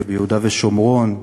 ביהודה ושומרון,